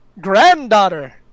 Granddaughter